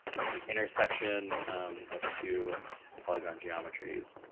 ah we can do intersection of two polygon geometries.